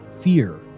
fear